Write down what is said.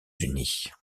unis